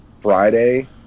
Friday